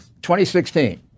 2016